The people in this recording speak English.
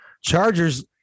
chargers